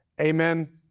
amen